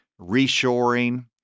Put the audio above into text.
reshoring